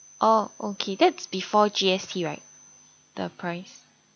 oh okay that's before G_S_T right the price